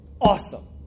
Awesome